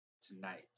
tonight